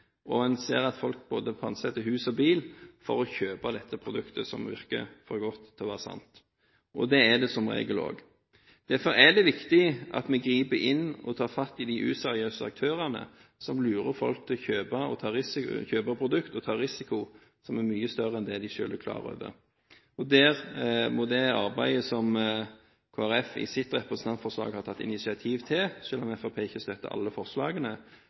er. En ser at folk pantsetter både hus og bil for å kjøpe det produktet som virker for godt til å være sant. Og det er det som regel også. Derfor er det viktig at vi griper inn og griper fatt i de useriøse aktørene, som lurer folk til å kjøpe produkter og ta en risiko som er mye større enn det de selv er klar over. Det arbeidet som Kristelig Folkeparti i sitt representantforslag har tatt initiativ til – selv om Fremskrittspartiet ikke støtter alle forslagene